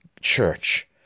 church